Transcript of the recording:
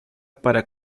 para